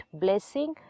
blessing